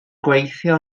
gweithio